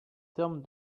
termes